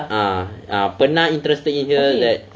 ah ah pernah interested in her like